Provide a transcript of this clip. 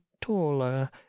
taller